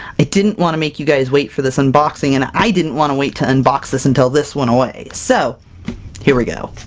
i didn't want to make you guys wait for this unboxing, and i didn't want to wait to unbox this until this went away. so here we go!